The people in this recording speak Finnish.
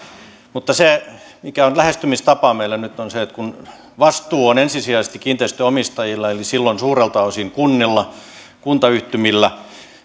mutta se meidän lähestymistapamme nyt on se että kun vastuu on ensisijaisesti kiinteistönomistajilla eli silloin suurelta osin kunnilla tai kuntayhtymillä